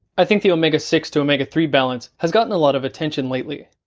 i think the omega six to omega three balance has gotten a lot of attention lately.